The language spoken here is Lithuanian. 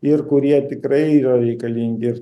ir kurie tikrai yra reikalingi